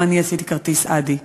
גם אני עשיתי כרטיס "אדי".